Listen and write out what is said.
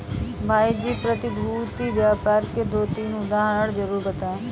भाई जी प्रतिभूति व्यापार के दो तीन उदाहरण जरूर बताएं?